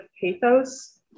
pathos